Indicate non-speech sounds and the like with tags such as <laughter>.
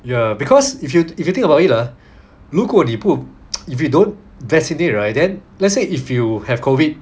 ya because if you if you think about it lah 如果你不 <noise> if you don't vaccinate right then let's say if you have COVID